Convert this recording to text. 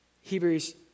Hebrews